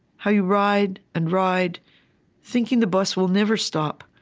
how you ride and ride thinking the bus will never stop,